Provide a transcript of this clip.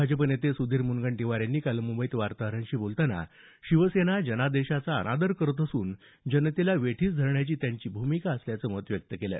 भाजप नेते सुधीर मुनगंटीवार यांनी काल मुंबईत वार्ताहरांशी बोलताना शिवसेना जनादेशाचा अनादर करत असून जनतेला वेठीस धरण्याची त्यांची भूमिका असल्याचं मत व्यक्त केलं